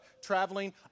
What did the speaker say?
traveling